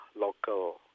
local